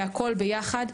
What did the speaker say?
והכול יחד.